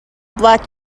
black